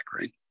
right